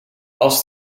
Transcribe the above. als